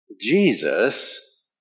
Jesus